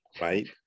right